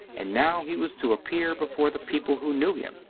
and now he was to appear before the people who knew him.